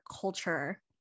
culture